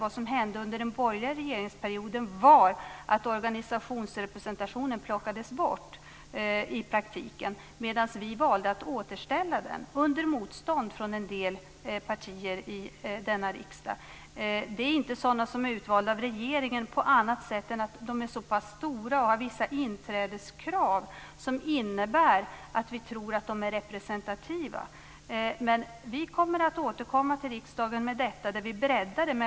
Det som hände under den borgerliga regeringsperioden var att organisationsrepresentationen i praktiken plockades bort. Vi valde att återställa den, under motstånd från en del partier i denna riksdag. Organisationerna är inte utvalda av regeringen på annat sätt än att de uppfyller vissa inträdeskrav som innebär att de är stora och att vi tror att de är representativa. Men vi kommer att återkomma till riksdagen och bredda detta.